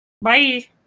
Bye